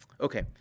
Okay